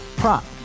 prop